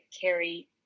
carry